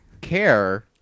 care